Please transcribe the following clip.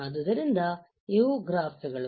ಆದ್ದರಿಂದ ಇವು ಗ್ರಾಫ್ ಗಳು